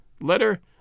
letter